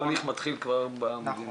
כל ההליך מתחיל כבר במדינה.